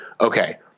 okay